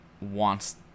wants